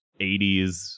80s